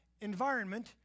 environment